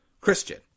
Christian